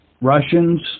Russians